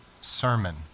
sermon